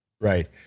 Right